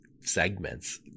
segments